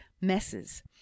messes